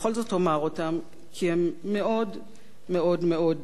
כי הם מאוד מאוד מאוד משמעותיים.